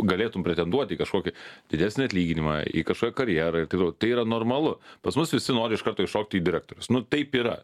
galėtum pretenduot į kažkokį didesnį atlyginimą į kažkokią karjerą ir tai tai yra normalu pas mus visi nori iš karto įšokti į direktorius nu taip yra